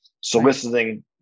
Soliciting